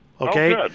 Okay